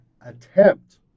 attempt